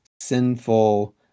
sinful